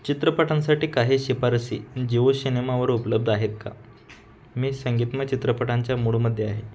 चित्रपटांसाठी काही शिफारसी जिओ शिनेमावर उपलब्ध आहेत का मी संगीतमय चित्रपटांच्या मूडमध्ये आहे